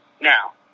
Now